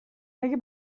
اگه